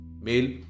mail